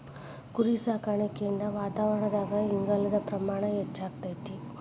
ಕುರಿಸಾಕಾಣಿಕೆಯಿಂದ ವಾತಾವರಣದಾಗ ಇಂಗಾಲದ ಪ್ರಮಾಣ ಹೆಚ್ಚಆಗ್ತೇತಿ